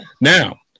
Now